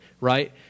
Right